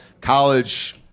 college